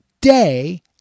day